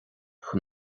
chun